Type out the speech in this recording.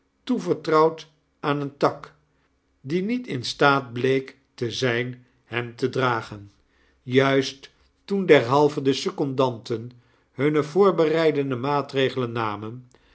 toevertrouwd aan een tak die niet in staat bleek te zyn hem te dragen juist toen derhalve de secondanten hunne voorbereidende maatregelen namen